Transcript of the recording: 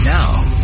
Now